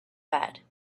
bed